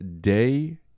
day